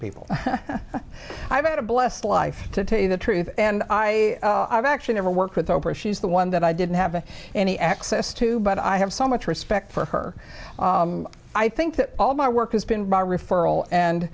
people i had a blessed life to tell you the truth and i have actually never worked with oprah she's the one that i didn't have any access to but i have so much respect for her i think that all my work has been by referral and